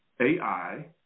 ai